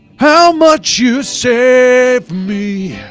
how much you save me